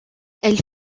elle